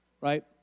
right